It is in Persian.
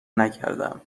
نکردم